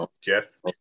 Jeff